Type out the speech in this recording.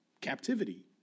captivity